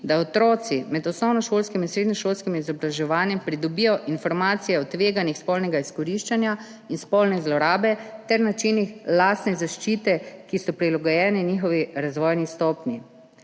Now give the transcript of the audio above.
da otroci med osnovnošolskim in srednješolskim izobraževanjem pridobijo informacije o tveganjih spolnega izkoriščanja in spolne zlorabe ter načinih lastne zaščite, ki so prilagojene njihovi razvojni stopnji.